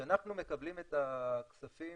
כשאנחנו מקבלים את הכספים